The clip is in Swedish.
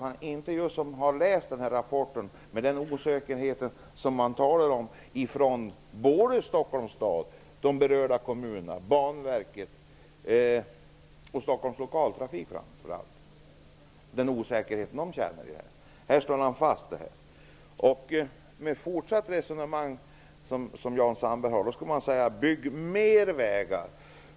Han har ju läst rapporten, där alla slår fast att de känner osäkerhet, såväl Stockholms stad som de berörda kommunerna, Banverket och Med Jan Sandbergs resonemang borde vi säga: Bygg mer vägar!